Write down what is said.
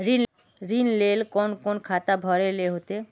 ऋण लेल कोन कोन खाता भरेले होते?